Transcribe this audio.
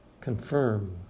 confirm